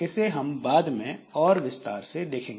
इसे हम बाद में और विस्तार से देखेंगे